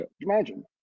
Imagine